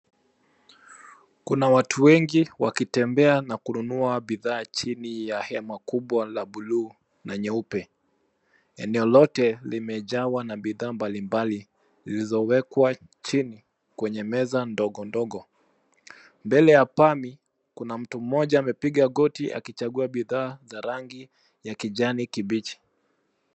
Kuna watu wengi wakitembea na kununua bidhaa chini ya hema kubwa la buluu na nyeupe. Eneo lote limejawa na bidhaa mbalimbali zilizowekwa chini kwenye meza ndogo ndogo. Mbele ya pami , kuna mtu mmoja amepiga goti akichagua bidhaa za rangi ya kijani kibichi.